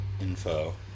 info